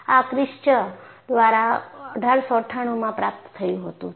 આ કિર્શચ દ્વારા 1898 માં પ્રાપ્ત થયું હતું